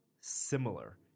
similar